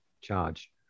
charge